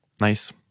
nice